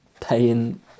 paying